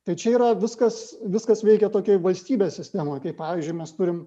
tai čia yra viskas viskas veikia tokioj valstybės sistemoj kaip pavyzdžiui mes turim